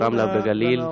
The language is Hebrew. ברמלה ובגליל,